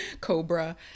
cobra